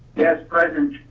yes, present.